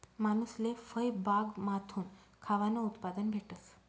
मानूसले फयबागमाथून खावानं उत्पादन भेटस